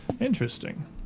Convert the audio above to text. Interesting